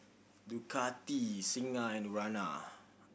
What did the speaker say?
Ducati Singha and Urana